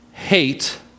hate